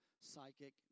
Psychic